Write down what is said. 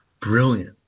brilliant